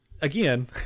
again